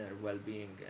well-being